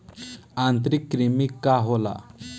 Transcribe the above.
आंतरिक कृमि का होला?